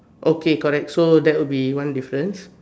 okay correct so that will be one difference